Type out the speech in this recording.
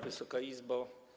Wysoka Izbo!